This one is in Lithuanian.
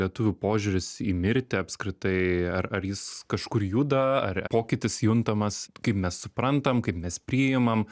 lietuvių požiūris į mirtį apskritai ar ar jis kažkur juda ar pokytis juntamas kaip mes suprantam kaip mes priimam